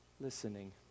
listening